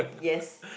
yes